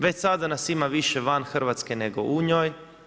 Već sada nas ima više van Hrvatske nego u njoj.